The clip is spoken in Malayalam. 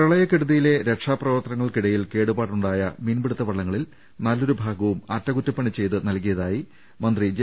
പ്രളയക്കെടുതിയിലെ രക്ഷാപ്രവർത്തനങ്ങൾക്കിടയിൽ കേടുപാടുണ്ടായ മീൻപിടുത്ത വള്ളങ്ങളിൽ നല്ലൊരു ഭാ ഗവും അറ്റകുറ്റപ്പണി ചെയ്ത് നൽകിയതായി മന്ത്രി ജെ